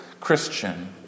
Christian